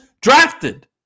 drafted